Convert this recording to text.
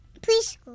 Preschool